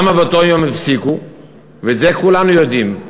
למה הפסיקו באותו יום, ואת זה כולנו יודעים,